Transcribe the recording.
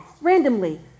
randomly